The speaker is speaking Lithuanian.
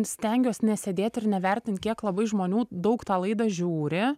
stengiuos nesėdėt ir nevertint kiek labai žmonių daug tą laidą žiūri